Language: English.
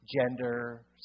gender